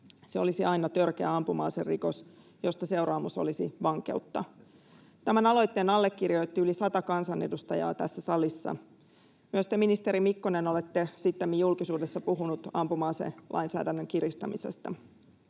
se olisi aina törkeä ampuma-aserikos, josta seuraamus olisi vankeutta. Tämän aloitteen allekirjoitti yli sata kansanedustajaa tässä salissa. Myös te, ministeri Mikkonen, olette sittemmin julkisuudessa puhunut ampuma-aselainsäädännön kiristämisestä.